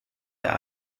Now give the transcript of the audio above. der